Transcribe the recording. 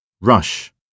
Rush